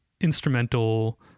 instrumental